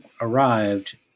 arrived